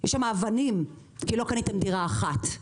יש שם אבנים כי לא קניתם דירה אחת.